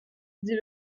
dit